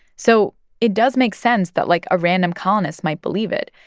so it does make sense that, like, a random colonist might believe it.